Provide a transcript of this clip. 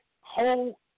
whole